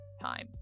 Time